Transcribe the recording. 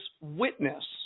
witness